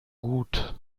gut